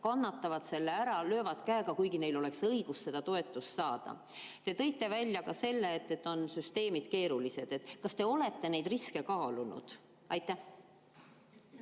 kannatavad ära ja löövad käega, kuigi neil oleks õigus toetust saada. Te tõite välja ka selle, et süsteemid on keerulised. Kas te olete neid riske kaalunud? Aitäh!